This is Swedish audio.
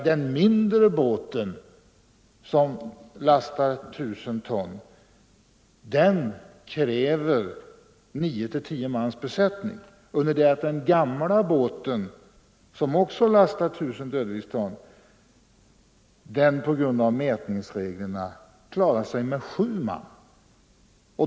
Den mindre båten som lastar 1000 ton kräver alltså 9-10 mans besättning, under det att den gamla båten som också lastar 1 000 dödviktston klarar sig — på grund av mätningsreglerna —- med sju man.